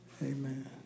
Amen